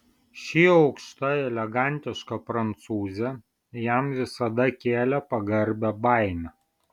ši aukšta elegantiška prancūzė jam visada kėlė pagarbią baimę